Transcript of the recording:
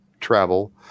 travel